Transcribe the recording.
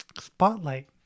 Spotlight